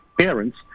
parents